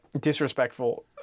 disrespectful